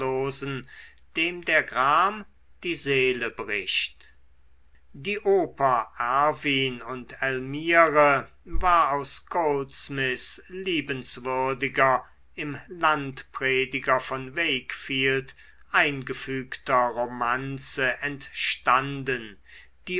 dem der gram die seele bricht die oper erwin und elmire war aus goldsmiths liebenswürdiger im landprediger von wakefield eingefügter romanze entstanden